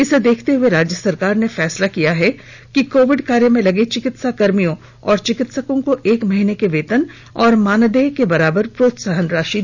इसे देखते हुए राज्य सरकार ने फैसला लिया है कि कोविड कार्य में लगे चिकित्साकर्मियों और चिकित्सकों को एक महीने के वेतन और मानदेय के बराबर प्रोत्साहन राशि देगी